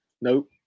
Nope